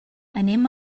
anem